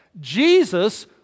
Jesus